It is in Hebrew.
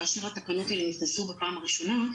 כאשר התקנות הללו נכנסו בפעם הראשונה,